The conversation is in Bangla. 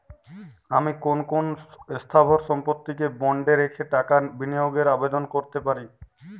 আমি কোন কোন স্থাবর সম্পত্তিকে বন্ডে রেখে টাকা বিনিয়োগের আবেদন করতে পারি?